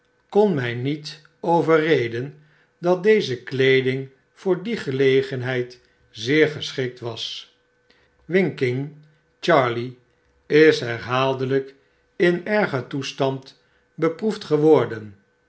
kon mg niet overreden dat deze weeding voor die gelegenheid zeer geschikt was winking charley is herhaaldelyk in erger toestand beproefd geworden